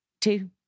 two